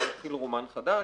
ויתחיל רומן חדש,